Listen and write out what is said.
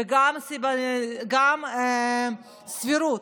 וגם בגלל סבירות.